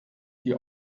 die